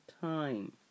time